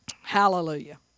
Hallelujah